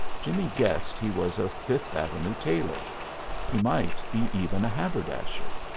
jimmie guessed he was a fifth avenue tailor he might be even a haberdasher.